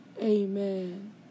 amen